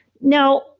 Now